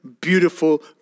beautiful